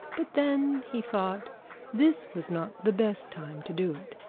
but then he thought this was not the best time to do it.